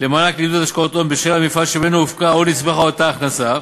למענק לעידוד השקעות הון בשל המפעל שממנו הופקה או נצמחה אותה הכנסה,